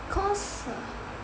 cause